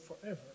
forever